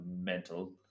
mental